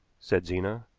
said zena.